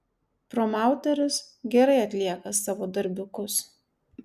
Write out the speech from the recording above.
promauteris gerai atlieka savo darbiukus